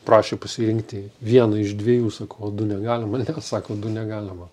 prašė pasirinkti vieną iš dviejų sakau o du negalima ne sako du negalima